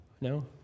No